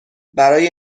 برای